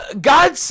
God